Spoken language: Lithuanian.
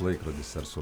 laikrodis ar su